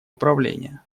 управление